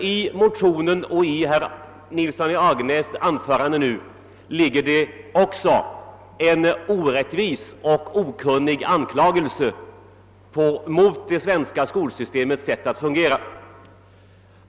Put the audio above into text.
I motionen och i herr Nilssons i Agnäs anförande ligger också en orättvis och okunnig anklagelse mot det svenska skolsystemets sätt att fungera.